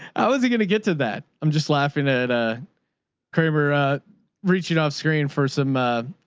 i wasn't going to get to that. i'm just laughing ah at a cramer, a reaching off screen for some, ah,